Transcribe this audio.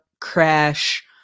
crash